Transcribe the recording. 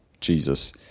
Jesus